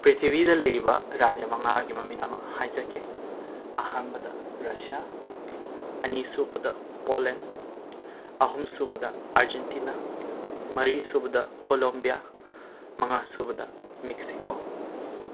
ꯄ꯭ꯔꯤꯊꯤꯕꯤꯗ ꯂꯩꯔꯤꯕ ꯔꯥꯖ꯭ꯌ ꯃꯉꯥꯒꯤ ꯃꯃꯤꯡ ꯑꯃ ꯍꯥꯏꯖꯒꯦ ꯑꯍꯥꯟꯕꯗ ꯔꯁ꯭ꯌꯥ ꯑꯅꯤꯁꯨꯕꯗ ꯄꯣꯂꯦꯟ ꯑꯍꯨꯝꯁꯨꯕꯗ ꯑꯔꯖꯦꯟꯇꯤꯅꯥ ꯃꯔꯤꯁꯨꯕꯗ ꯀꯣꯂꯣꯝꯕꯤꯌꯥ ꯃꯉꯥꯁꯨꯕꯗ ꯃꯦꯛꯁꯤꯀꯣ